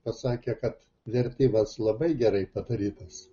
pasakė kad vertimas labai gerai padarytas